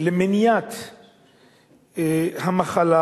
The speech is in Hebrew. למניעת המחלה,